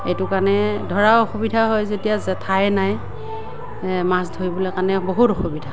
এইটো কাৰণে ধৰাও অসুবিধা হয় যেতিয়া ঠাই নাই মাছ ধৰিবলৈ কাৰণে বহুত অসুবিধা